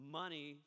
money